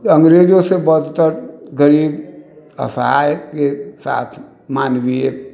अंग्रेजो सॅं बदतर गरीब असहाय के साथ मानवीय